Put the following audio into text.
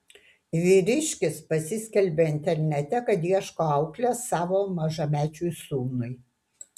vyriškis pasiskelbė internete kad ieško auklės savo mažamečiui sūnui